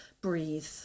breathe